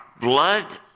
blood